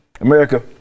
America